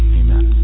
amen